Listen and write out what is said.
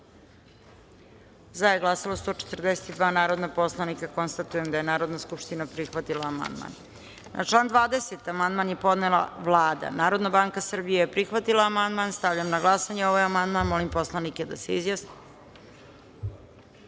za je glasalo 142 narodna poslanika. Konstatujem da je Narodna skupština prihvatila amandman. Na član 20. amandman je podnela Vlada. Narodna banka Srbije je prihvatila amandman. Stavljam na glasanje ovaj amandman. Molim poslanike da se